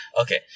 Okay